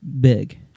big